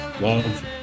Love